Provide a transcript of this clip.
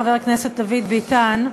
חבר הכנסת דוד ביטן,